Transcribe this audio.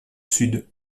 sud